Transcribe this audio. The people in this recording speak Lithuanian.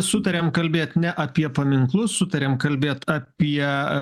sutarėm kalbėt ne apie paminklus sutarėm kalbėt apie